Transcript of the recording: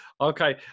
okay